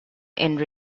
and